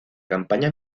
campaña